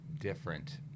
different